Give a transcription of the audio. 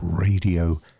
Radio